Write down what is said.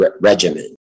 regimen